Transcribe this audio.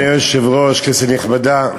אדוני היושב-ראש, כנסת נכבדה,